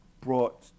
brought